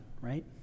right